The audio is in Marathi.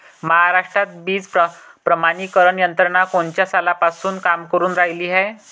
महाराष्ट्रात बीज प्रमानीकरण यंत्रना कोनच्या सालापासून काम करुन रायली हाये?